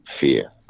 fear